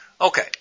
Okay